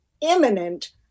imminent